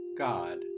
God